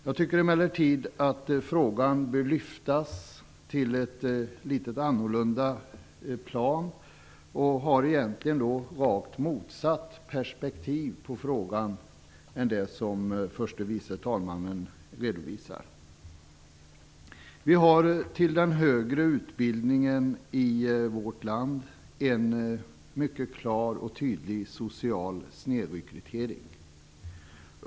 Jag tycker emellertid att frågan bör lyftas till ett litet annorlunda plan. Jag har egentligen rakt motsatt perspektiv på frågan än det som förste vice talmannen redovisar. Vi har till den högre utbildningen i vårt land en mycket klar och tydlig social snedrekrytering.